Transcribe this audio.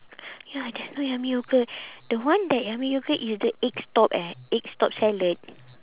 ya there's no yummy yogurt the one that yummy yogurt is the egg stop eh egg stop salad